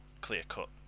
clear-cut